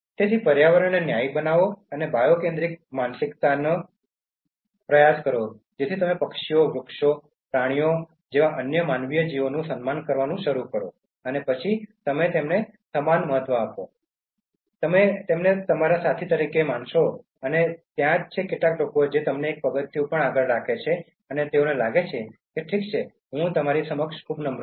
તેથી પર્યાવરણને ન્યાયી બનાવો આ બાયોકેન્દ્રીક માનસિકતાનો પ્રયાસ કરો જ્યાં તમે પક્ષીઓ વૃક્ષો પ્રાણીઓ જેવા અન્ય માનવીય જીવોનું સન્માન કરવાનું શરૂ કરો અને પછી તમે તેમને સમાન મહત્વ આપો તમે તેમને તમારા સાથી તરીકે માનશો અને ત્યાં લોકો તમને એક પગથિયું પણ આગળ રાખે છે અને તેઓને લાગે છે કે ઠીક છે હું તમારી સમક્ષ ખૂબ નમ્ર છું